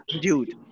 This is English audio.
dude